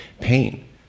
pain